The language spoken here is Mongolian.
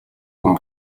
хүн